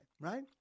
right